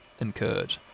incurred